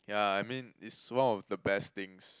yeah I mean it's one of the best things